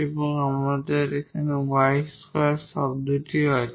এখানেও আমাদের 𝑦 2 টার্ম আছে